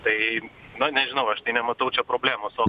tai na nežinau aš tai nematau čia problemos o